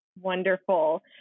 Wonderful